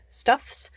stuffs